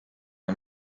aga